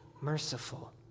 merciful